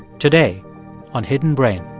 today on hidden brain